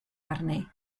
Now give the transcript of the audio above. arni